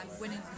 winning